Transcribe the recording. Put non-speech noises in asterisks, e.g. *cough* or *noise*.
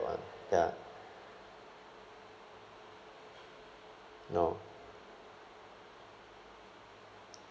ya *breath* no *breath*